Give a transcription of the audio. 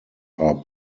are